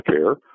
healthcare